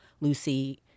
Lucy